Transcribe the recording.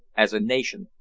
as a nation,